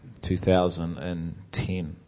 2010